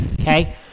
okay